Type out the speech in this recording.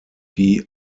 die